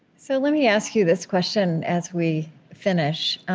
so let me ask you this question as we finish,